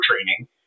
training